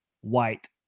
White